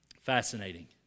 Fascinating